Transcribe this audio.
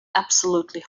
absolutely